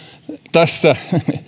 tässä